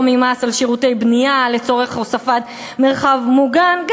ממס על שירותי בנייה לצורך הוספת מרחב מוגן.